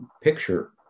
picture